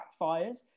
backfires